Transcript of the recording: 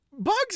Bugs